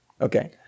okay